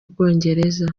bwongereza